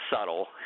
subtle